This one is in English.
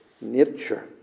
nature